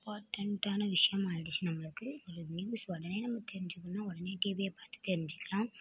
இம்பார்டண்ட்டான விஷயம் ஆயிடுச்சி நம்மளுக்கு ஒரு நியூஸ் உடனே நம்ம தெரிஞ்சிக்கணும்னா உடனே டிவியை பார்த்து தெரிஞ்சிக்கலாம்